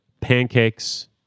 Pancakes